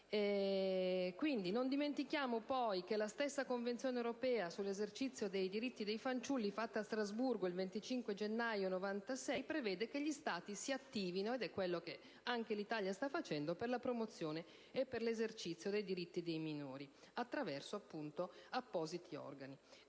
1989. Non dimentichiamo poi che la stessa Convenzione europea sull'esercizio dei diritti dei minori, adottata a Strasburgo il 25 gennaio 1996, prevede che gli Stati si attivino - ed è quello che sta facendo anche l'Italia - per la promozione e per l'esercizio dei diritti dei minori, attraverso appositi organi.